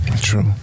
true